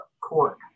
court